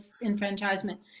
enfranchisement